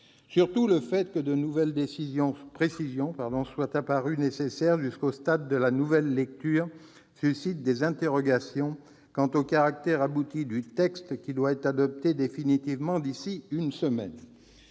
Surtout, le fait que de nouvelles précisions soient apparues nécessaires jusqu'au stade de la nouvelle lecture suscite des interrogations quant au caractère abouti du texte qui doit être adopté définitivement d'ici à une semaine.